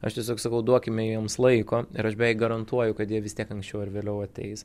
aš tiesiog sakau duokime jiems laiko ir aš beveik garantuoju kad jie vis tiek anksčiau ar vėliau ateis